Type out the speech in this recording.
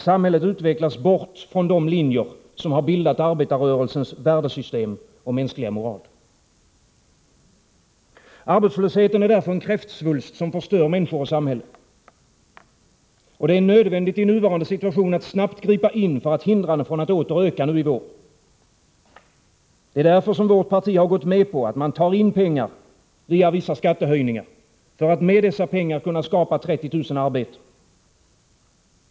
Samhället utvecklas bort från de linjer som har bildat arbetarrörelsens värdesystem och mänskliga moral. Arbetslösheten är en kräftsvulst, som förstör människor och samhälle. Det är därför i nuvarande situation nödvändigt att snabbt gripa in för att hindra den från att åter öka. Därför har vårt parti gått med på att man tar in pengar genom vissa skattehöjningar för att med dessa pengar kunna skapa 30 000 arbeten.